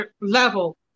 level